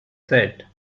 said